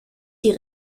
die